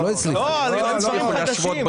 לא, היו דברים חדשים.